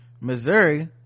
missouri